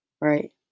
Right